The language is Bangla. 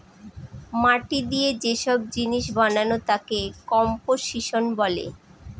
মাটি দিয়ে যে সব জিনিস বানানো তাকে কম্পোসিশন বলে